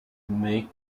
make